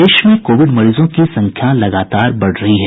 प्रदेश में कोविड मरीजों की संख्या लगातार बढ़ रही है